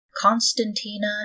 Constantina